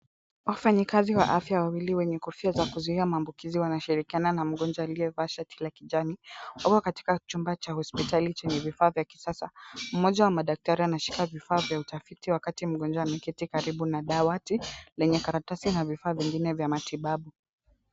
Wafanyikazi wawili wa afya wenye kofia za kuzuia maambukizi wanashirikiana na mgonjwa aliyevaa shati la kijani. Wako katika chumba cha hospitali chenye vifaa vya kisasa, mmoja wa madaktari anashika vifaa vya utafiti wakati mgonjwa ameketi karibu na dawati lenye karatasi na vifaa vingine vya matibabu.